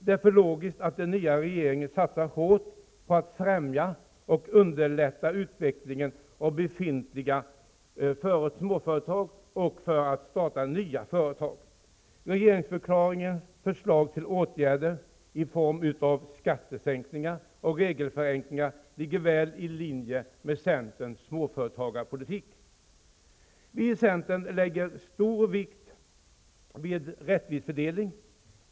Det är därför logiskt att den nya regeringen satsar hårt på att främja och underlätta utveckling av befintliga småföretag och på att starta nya företag. Regeringsförklaringens förslag till åtgärder i form av skattesänkningar och regelförenklingar ligger väl i linje med centerns småföretagarpolitik. Vi i centern lägger stor vikt vid rättvis fördelning.